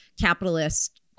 capitalist